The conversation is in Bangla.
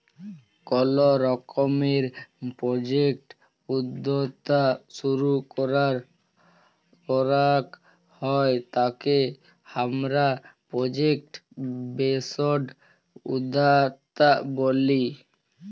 কল রকমের প্রজেক্ট উদ্যক্তা শুরু করাক হ্যয় তাকে হামরা প্রজেক্ট বেসড উদ্যক্তা ব্যলি